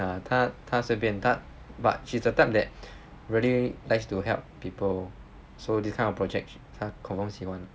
nah 那她她随便她 but she's the type that really likes to help people so this kind of projects 她 confirm 喜欢的